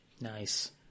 Nice